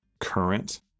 current